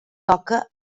toca